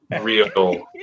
real